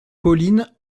pauline